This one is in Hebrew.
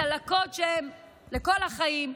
צלקות שהן לכל החיים.